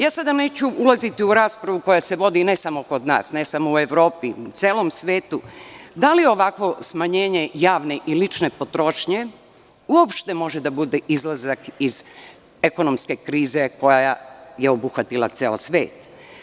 Sada neću ulaziti u raspravu koja se vodi ne samo kod nas, ne samo u Evropi, u celom svetu – da li ovakvo smanjenje javne i lične potrošnje uopšte može da bude izlazak iz ekonomske krize koja je obuhvatila ceo svet?